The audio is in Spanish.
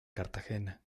cartagena